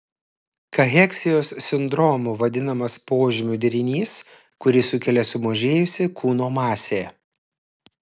kacheksijos sindromu vadinamas požymių derinys kurį sukelia sumažėjusi kūno masė